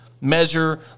measure